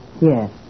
Yes